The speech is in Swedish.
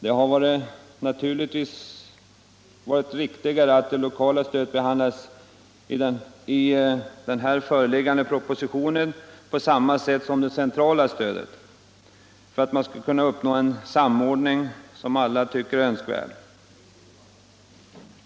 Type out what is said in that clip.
Men det hade naturligtvis varit riktigare att propositionen hade behandlat det lokala stödet på samma sätt som det centrala stödet, så att man hade kunnat uppnå den samordning som alla anser vara önskvärd.